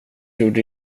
gjorde